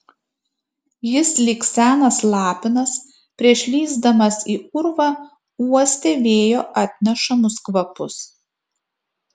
jis lyg senas lapinas prieš lįsdamas į urvą uostė vėjo atnešamus kvapus